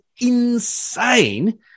insane